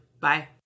Bye